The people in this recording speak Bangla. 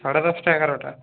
সাড়ে দশটা এগারোটা